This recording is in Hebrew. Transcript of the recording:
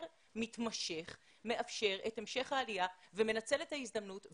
מתמשך מאפשר את המשך העלייה ומנצל את ההזדמנות.